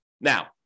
Now